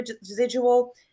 residual